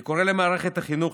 אני קורא למערכת החינוך,